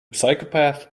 psychopath